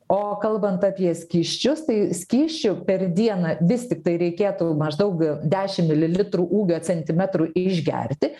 o kalbant apie skysčius tai skysčių per dieną vis tiktai reikėtų maždaug dešim mililitrų ūgio centimetrų išgerti